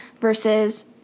versus